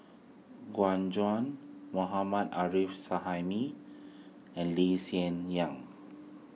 Gu Juan Mohammad Arif Suhaimi and Lee Hsien Yang